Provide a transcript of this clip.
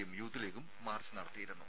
യും യൂത്ത് ലീഗും മാർച്ച് നടത്തിയിരുന്നു